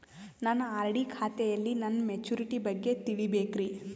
ನನ್ನ ಆರ್.ಡಿ ಖಾತೆಯಲ್ಲಿ ನನ್ನ ಮೆಚುರಿಟಿ ಬಗ್ಗೆ ತಿಳಿಬೇಕ್ರಿ